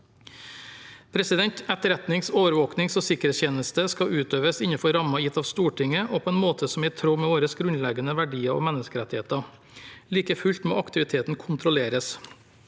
ivaretatt. Etterretnings-, overvåkings- og sikkerhetstjeneste skal utøves innenfor rammer gitt av Stortinget, og på en måte som er i tråd med våre grunnleggende verdier og menneskerettigheter. Likefullt må aktiviteten kontrolleres.